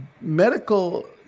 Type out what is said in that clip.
medical